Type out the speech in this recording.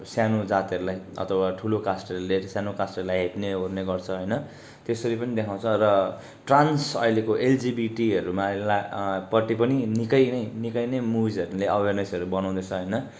सानो जातहरूलाई अथवा ठुलो कास्टहरूले सानो कास्टहरूलाई हेप्नेओर्ने गर्छ होइन त्यसरी पनि देखाउँछ र ट्रान्स अहिलेको एलिजिबिटीहरूमा लपट्टि पनि निकै नै निकै नै मुभिसहरूले अवेरनेसहरू बनाउँदैछ होइन